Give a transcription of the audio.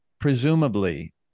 Presumably